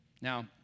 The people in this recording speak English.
Now